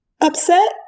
upset